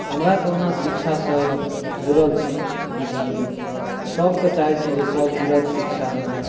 हमरा तऽ ओना शिक्षा सँ जुड़ल छी लेकिन सभके चाहै छी जे सभ जुड़थि शिक्षा मे